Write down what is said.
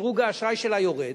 דירוג האשראי שלה יורד,